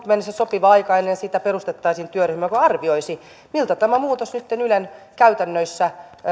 mennessä sopiva aika ennen sitä perustettaisiin työryhmä joka arvioisi mitä tämä muutos ylen käytännöissä